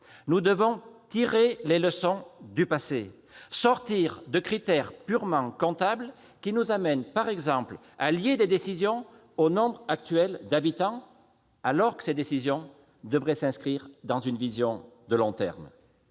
Nous devons tirer les leçons du passé, sortir de critères purement comptables qui nous amènent, par exemple, à lier les décisions au nombre d'habitants, alors qu'elles devraient au contraire s'inscrire dans une vision de long terme.